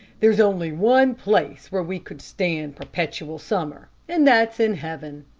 there's only one place where we could stand perpetual summer, and that's in heaven.